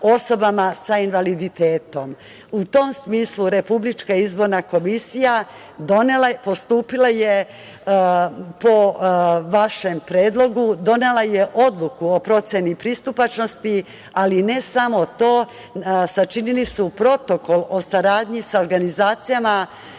osobama sa invaliditetom. U tom smislu RIK postupila je po vašem predlogu, donela je odluku o proceni pristupačnosti, ali i ne samo to, sačinili su Protokol o saradnji sa organizacijama